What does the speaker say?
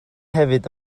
hefyd